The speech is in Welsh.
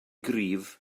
gryf